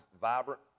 vibrant